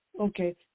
Okay